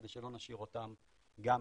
כדי שלא נשאיר אותם מאחור.